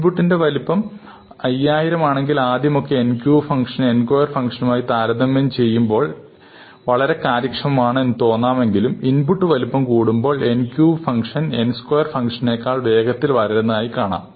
ഇൻപുട്ടിന്റെ വലുപ്പം 5000 ആണെങ്കിൽ ആദ്യമൊക്കെ n cube function n square ഫംഗ്ഷനുമായി താരതമ്യം ചെയ്യുമ്പോൾ n ക്യൂബ് ഫംഗ്ഷൻ വളരെ കാര്യക്ഷമമാണ് എന്നു തോന്നാമെങ്കിലും ഇൻപുട്ട് വലിപ്പം കൂടുമ്പോൾ n cube function n square ഫംഗ്ഷനേക്കാൾ വേഗത്തിൽ വളരുന്നതായി കാണാം